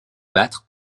battre